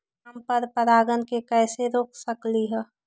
हम पर परागण के कैसे रोक सकली ह?